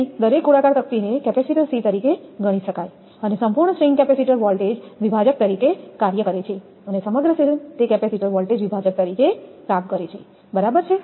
તેથી દરેક ગોળાકાર તક્તીને કેપેસિટર c તરીકે ગણી શકાય અને સંપૂર્ણ સ્ટ્રિંગ કેપેસિટર વોલ્ટેજ વિભાજક તરીકે કાર્ય કરે છે સમગ્ર સ્ટ્રિંગ તે કેપેસિટર વોલ્ટેજ વિભાજક તરીકે કામ કરે છે બરાબર